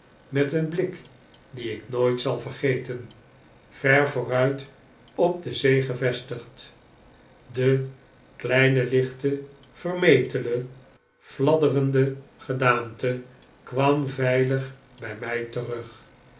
met een blik dien ik nooit zal vergeten yer vooruit op de zee gevestigd de kleine lichte vermetele fladderende gedaante kwam veilig bij mij terug